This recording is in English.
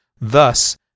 Thus